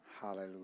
hallelujah